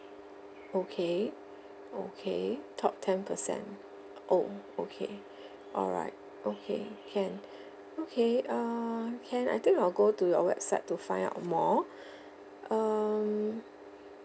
okay okay top ten percent oh okay alright okay can okay err can I think I'll go to your website to find out more um